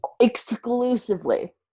Exclusively